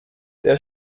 der